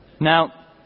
Now